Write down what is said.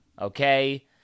okay